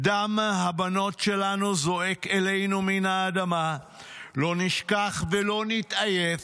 'דם הבנות שלנו זועק אלינו מן האדמה --- לא נשכח ולא נתעייף.